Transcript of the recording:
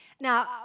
Now